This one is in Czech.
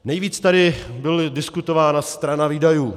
Nejvíc tady byla diskutována strana výdajů.